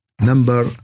number